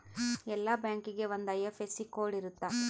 ಎಲ್ಲಾ ಬ್ಯಾಂಕಿಗೆ ಒಂದ್ ಐ.ಎಫ್.ಎಸ್.ಸಿ ಕೋಡ್ ಇರುತ್ತ